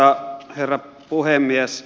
arvoisa herra puhemies